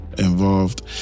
involved